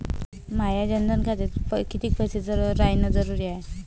माया जनधन खात्यात कितीक पैसे रायन जरुरी हाय?